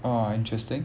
oh interesting